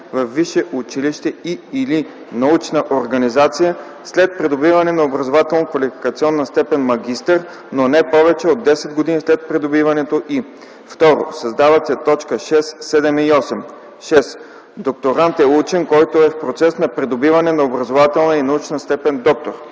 във висше училище и/или научна организация след придобиване на образователно-квалификационна степен „Магистър”, но не повече от 10 години след придобиването й.” 2. Създават се точки 6, 7 и 8: „6. „Докторант” е учен, който е в процес на придобиване на образователна и научна степен „Доктор”;